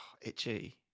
Itchy